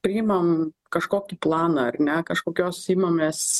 priimam kažkokį planą ar ne kažkokios imamės